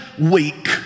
weak